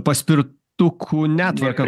paspirtukų netvarką